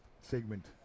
segment